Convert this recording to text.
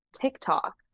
TikTok